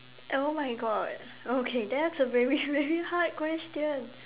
oh my god okay that's a very very hard question